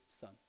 Son